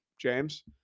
James